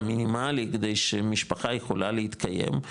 המינימלי כדי שמשפחה יכולה להתקיים.